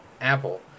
apple